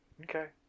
Okay